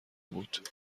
بود